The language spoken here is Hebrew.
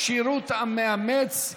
כשירות המאמץ),